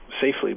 safely